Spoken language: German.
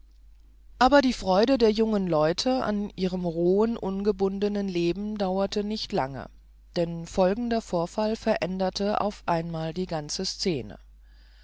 aber die freude der jungen leute an ihrem rohen ungebundenen leben dauerte nicht lange denn folgender vorfall veränderte auf einmal die ganze szene